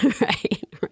Right